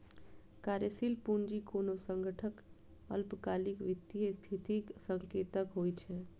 कार्यशील पूंजी कोनो संगठनक अल्पकालिक वित्तीय स्थितिक संकेतक होइ छै